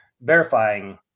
verifying